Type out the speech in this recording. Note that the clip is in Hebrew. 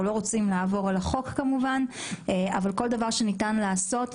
אנחנו לא רוצים לעבור על החוק כמובן אבל כל דבר שניתן לעשות,